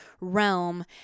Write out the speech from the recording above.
realm